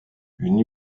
une